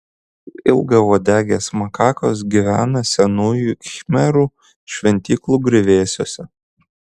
ilgauodegės makakos gyvena senųjų khmerų šventyklų griuvėsiuose